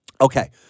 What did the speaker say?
Okay